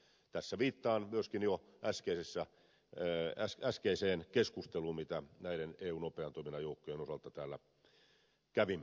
tässä viittaan myöskin äskeiseen keskusteluun mitä näiden eun nopean toiminnan joukkojen osalta täällä kävimme